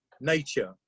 nature